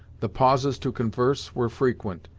the pauses to converse were frequent,